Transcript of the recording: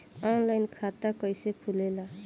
Online खाता कइसे खुलेला?